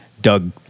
Doug